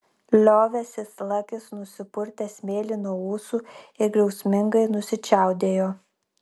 liovęsis lakis nusipurtė smėlį nuo ūsų ir griausmingai nusičiaudėjo